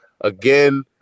again